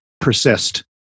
persist